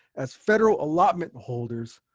as federal allotment holders,